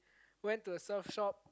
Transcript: went to the surf shop